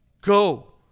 Go